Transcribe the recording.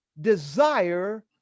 desire